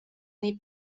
nei